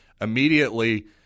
immediately